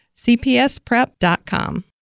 cpsprep.com